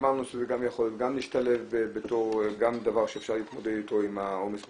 שזה גם יכול להשתלב בתור דבר שאפשר להתמודד איתו עם העומס בכבישים.